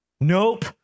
Nope